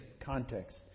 context